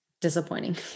disappointing